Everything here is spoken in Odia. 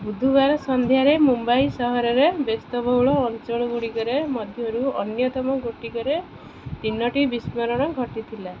ବୁଧବାର ସନ୍ଧ୍ୟାରେ ମୁମ୍ବାଇ ସହରରେ ବ୍ୟସ୍ତବହୁଳ ଅଞ୍ଚଳଗୁଡ଼ିକରେ ମଧ୍ୟରୁ ଅନ୍ୟତମ ଗୋଟିକରେ ତିନୋଟି ବିସ୍ଫୋରଣ ଘଟିଥିଲା